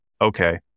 okay